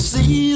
See